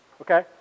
Okay